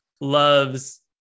loves